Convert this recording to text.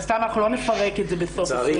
לא נפרק את זה בסוף 2021. לצערי,